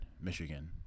Michigan